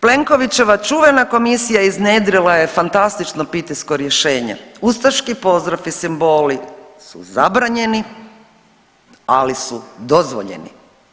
Plenkovićeva čuvena komisija iznjedrila je fantastično … [[Govornik se ne razumije]] rješenje, ustaški pozdrav i simboli su zabranjeni, ali su dozvoljeni.